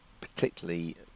particularly